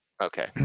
Okay